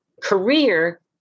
career